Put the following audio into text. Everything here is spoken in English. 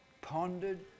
pondered